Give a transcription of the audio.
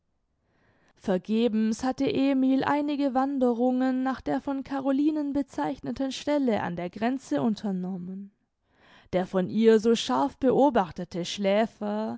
vergebens hatte emil einige wanderungen nach der von carolinen bezeichneten stelle an der grenze unternommen der von ihr so scharf beobachtete schläfer